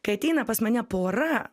kai ateina pas mane pora